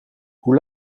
hoe